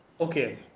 okay